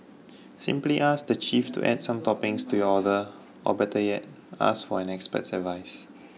simply ask the chief to add some toppings to your order or better yet ask for an expert's advice